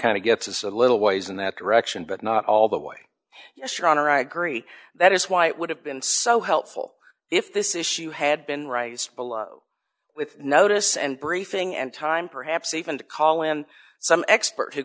kind of gets us a little ways in that direction but not all the way yes your honor i agree that is why it would have been so helpful if this issue had been rice with notice and briefing and time perhaps even to call and some expert who